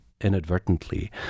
inadvertently